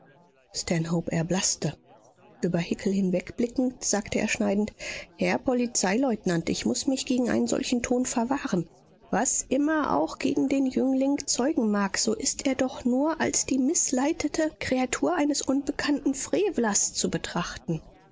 erblaßte über hickel hinwegblickend sagte er schneidend herr polizeileutnant ich muß mich gegen einen solchen ton verwahren was immer auch gegen den jüngling zeugen mag so ist er doch nur als die mißleitete kreatur eines unbekannten frevlers zu betrachten